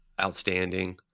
outstanding